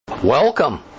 Welcome